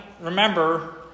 remember